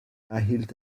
erhielt